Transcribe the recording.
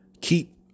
keep